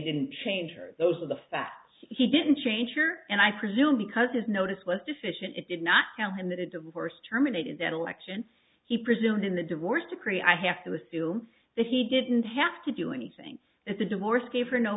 didn't change her those are the facts he didn't change her and i presume because his notice was deficient it did not tell him that a divorce terminated that election he presumed in the divorce decree i have to assume that he didn't have to do anything that the divorce gave her no